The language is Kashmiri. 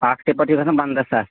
اَکھ ٹِپَر چھُ گژھان پَنٛداہ ساس